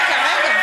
רגע.